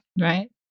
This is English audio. right